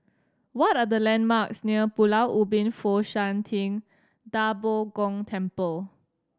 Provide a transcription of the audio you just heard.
what are the landmarks near Pulau Ubin Fo Shan Ting Da Bo Gong Temple